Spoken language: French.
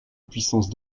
puissance